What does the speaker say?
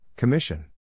Commission